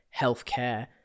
healthcare